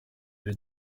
niyo